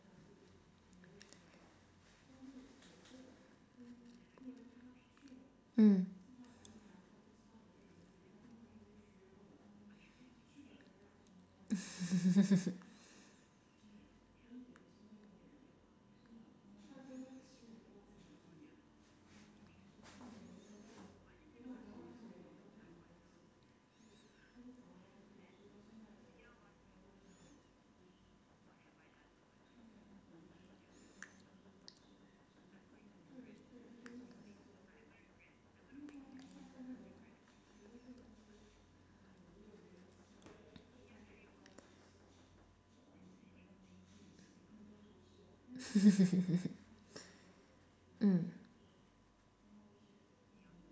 mm mm